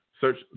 Search